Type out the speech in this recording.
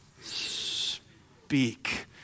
Speak